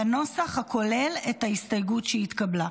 בנוסח הכולל את ההסתייגות שהתקבלה.